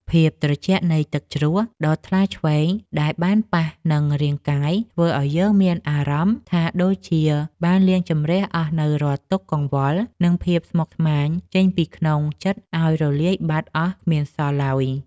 ភាពត្រជាក់នៃទឹកជ្រោះដ៏ថ្លាឈ្វេងដែលបានប៉ះនឹងរាងកាយធ្វើឱ្យយើងមានអារម្មណ៍ថាដូចជាបានលាងជម្រះអស់នូវរាល់ទុក្ខកង្វល់ និង ភាពស្មុគស្មាញចេញពីក្នុងចិត្តឱ្យរលាយបាត់អស់គ្មានសល់ឡើយ។